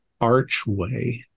archway